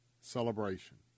celebration